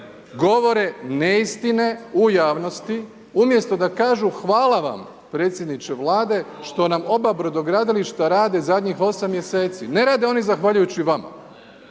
govore neistine u javnosti umjesto da kažu hvala vam predsjedniče vlade što nam oba brodogradilišta rade zadnjih 8 mjeseci. Ne rade oni zahvaljujući vama.